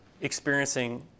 experiencing